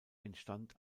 entstand